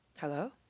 Hello